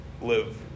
live